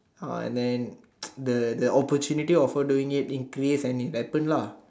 uh and then the the opportunity of her doing it increase and it happened lah